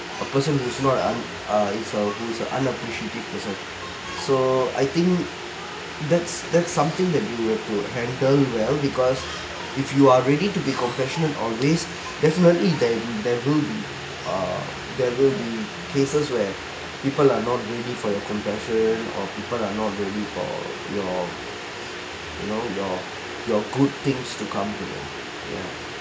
a person who is not un~ uh is a who is a unappreciative person so I think that's that's something that you would would handle it well because if you are ready to be compassionate always definitely you can there will be err there will be faces where people are not ready for you compassion or people are not ready for your you know your your good things to come ya